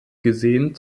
gesehen